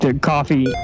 coffee